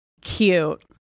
cute